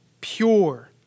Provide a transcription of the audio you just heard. pure